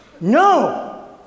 No